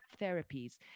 therapies